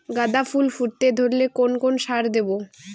গাদা ফুল ফুটতে ধরলে কোন কোন সার দেব?